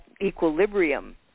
equilibrium